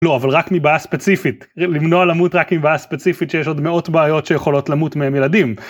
לא, אבל רק מבעיה ספציפית, למנוע למות רק מבעיה ספציפית עשיש עוד מאות בעיות שיכולות למות מהם ילדים.